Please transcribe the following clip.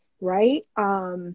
right